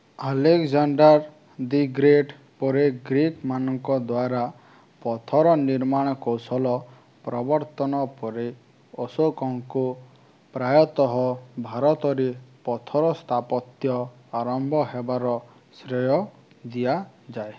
Alexander the great ପରେ Greek ମାନଙ୍କ ଦ୍ୱାରା ପଥର ନିର୍ମାଣ କୌଶଳ ପ୍ରବର୍ତ୍ତନ ପରେ ଅଶୋକଙ୍କୁ ପ୍ରାୟତଃ ଭାରତରେ ପଥର ସ୍ଥାପତ୍ୟ ଆରମ୍ଭ ହେବାର ଶ୍ରେୟ ଦିଆଯାଏ